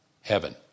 heaven